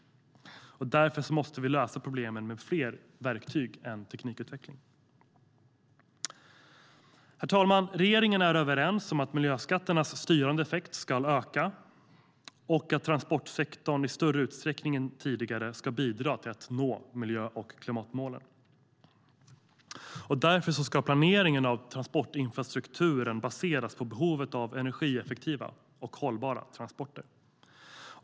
Därför måste vi lösa problemen med fler verktyg än teknikutveckling. Planeringen av transportinfrastrukturen ska baseras på behovet av energieffektiva och hållbara transporter.